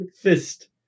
fist